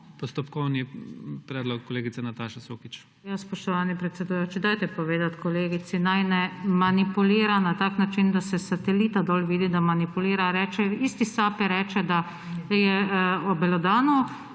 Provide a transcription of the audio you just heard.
Postopkovni predlog kolegica Nataša Sukič. NATAŠA SUKIČ (PS Levica): Ja, spoštovani predsedujoči, dajte povedati kolegici naj ne manipulira na tak način, da se s satelita dol vidi, da manipulira. V isti sapi reče, da je obelodanil